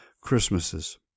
Christmases